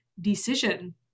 decision